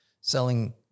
selling